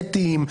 אתיים,